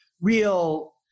real